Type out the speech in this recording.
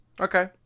Okay